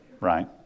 Right